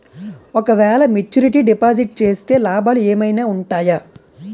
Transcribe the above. ఓ క వేల maturity deposit చేస్తే లాభాలు ఏమైనా ఉంటాయా?